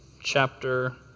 chapter